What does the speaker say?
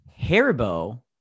Haribo